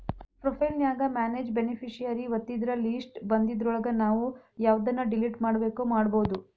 profile ನ್ಯಾಗ manage beneficiary ಒತ್ತಿದ್ರ list ಬನ್ದಿದ್ರೊಳಗ ನಾವು ಯವ್ದನ್ನ ಡಿಲಿಟ್ ಮಾಡ್ಬೆಕೋ ಮಾಡ್ಬೊದು